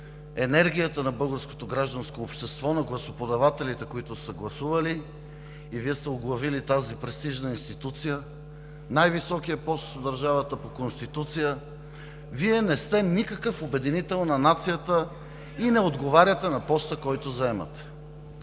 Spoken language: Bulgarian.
общество, на гласоподавателите, които са гласували, и Вие сте оглавили тази престижна институция, най-високия пост в държавата по Конституция, Вие не сте никакъв обединител на нацията и не отговаряте на поста, който заемате!